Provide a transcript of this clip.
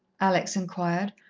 alex inquired,